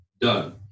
done